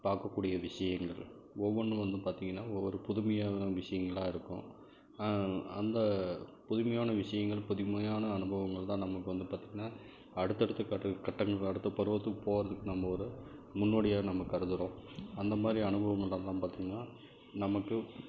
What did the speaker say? பார்க்கக்கூடிய விஷயங்கள் ஒவ்வொன்றும் வந்து பார்த்திங்ன்னா ஒவ்வொரு புதுமையான விஷயங்களாக இருக்கும் அந்த புதுமையான விஷயங்கள் புதுமையான அனுபவங்கள்தான் நமக்கு வந்து பார்த்திங்ன்னா அடுத்த அடுத்த கட்டங்கள் அடுத்த பருவத்துக்குப் போவதுக்கு நம்ம ஒரு முன்னோடியாக நம்ம கருதுகிறோம் அந்த மாதிரி அனுபவமெல்லாம் வந்து பார்த்திங்ன்னா நமக்கு